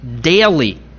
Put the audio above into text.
daily